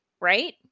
right